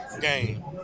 game